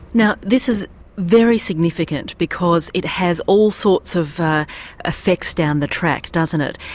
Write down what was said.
now this is very significant because it has all sorts of effects down the track doesn't it?